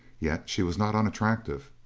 yet she was not unattractive.